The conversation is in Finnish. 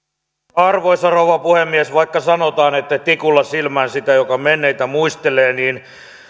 arvoisa rouva puhemies vaikka sanotaan että tikulla silmään sitä joka menneitä muistelee